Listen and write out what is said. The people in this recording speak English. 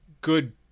good